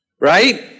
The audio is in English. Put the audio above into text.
right